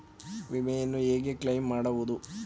ವಿಮೆಯನ್ನು ಹೇಗೆ ಕ್ಲೈಮ್ ಮಾಡುವುದು?